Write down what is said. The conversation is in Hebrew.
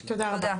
תודה.